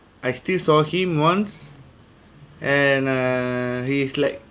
I still saw him once and err he's like